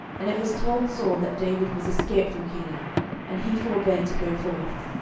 and it was told saul that david was escaped from keilah and he forbare to go forth.